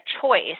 choice